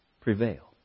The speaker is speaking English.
prevail